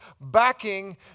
backing